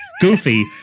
Goofy